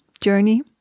journey